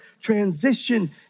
transition